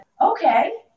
okay